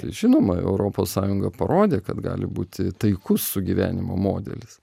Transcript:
žinoma europos sąjunga parodė kad gali būti taikus sugyvenimo modelis